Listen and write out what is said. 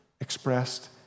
expressed